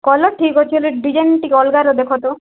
colour ଠିକ୍ ଅଛି ହେଲେ ଡିଜାଇନ୍ ଟିକେ ଅଲଗାର ଦେଖ ତ